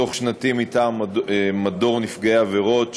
דוח שנתי מטעם מדור נפגעי עבירות),